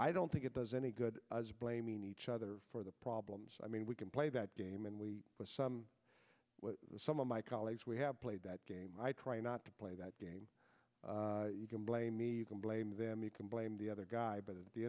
i don't think it does any good as blaming each other for the problems i mean we can play that game and we some of my colleagues we have played that game i try not to play that game you can blame me you can blame them you can blame the other guy but at the